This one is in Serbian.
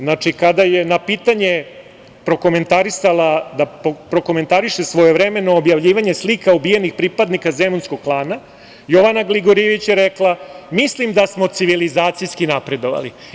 Znači, kada je na pitanje da prokomentariše svojevremeno objavljivanje slika ubijenih pripadnika Zemunskog klana, Jovana Gligorijević je rekla – mislim da smo civilizacijski napredovali.